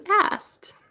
asked